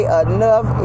enough